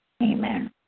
Amen